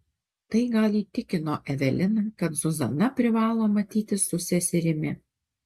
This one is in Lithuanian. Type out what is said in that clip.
tai gal įtikino eveliną kad zuzana privalo matytis su seserimi